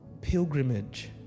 pilgrimage